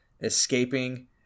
escaping